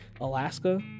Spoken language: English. Alaska